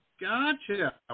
gotcha